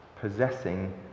Possessing